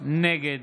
נגד